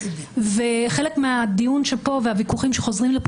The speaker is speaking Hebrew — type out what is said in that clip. חלק מהדיון והוויכוחים שחוזרים הנה,